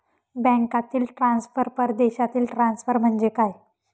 बँकांतील ट्रान्सफर, परदेशातील ट्रान्सफर म्हणजे काय?